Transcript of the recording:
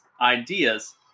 ideas